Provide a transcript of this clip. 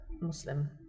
Muslim